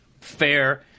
fair